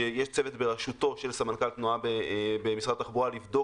שיש צוות בראשותו של סמנכ"ל תנועה במשרד התחבורה לבדוק